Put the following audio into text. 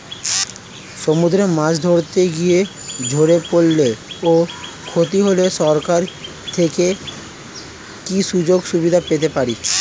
সমুদ্রে মাছ ধরতে গিয়ে ঝড়ে পরলে ও ক্ষতি হলে সরকার থেকে কি সুযোগ সুবিধা পেতে পারি?